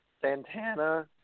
Santana